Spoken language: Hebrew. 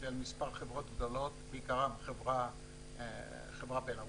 של מספר חברות גדולות, בעיקרן חברה בלארוסית,